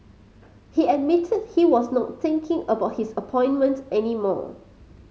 he admitted he was not thinking about his appointment any more